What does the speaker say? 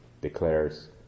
declares